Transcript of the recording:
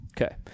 okay